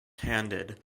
handed